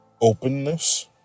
openness